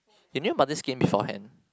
the new mother scheme beforehand